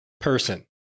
person